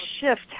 shift